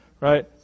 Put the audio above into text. Right